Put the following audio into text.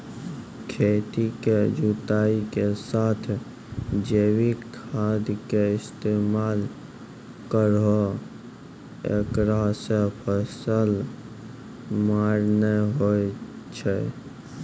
खेतों के जुताई के साथ जैविक खाद के इस्तेमाल करहो ऐकरा से फसल मार नैय होय छै?